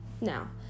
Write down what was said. Now